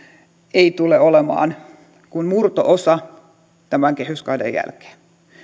ei tule olemaan kuin murto osa tämän kehyskauden jälkeen